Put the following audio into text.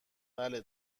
بله